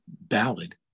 ballad